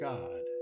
God